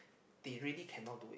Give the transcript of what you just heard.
they really can not do it